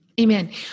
Amen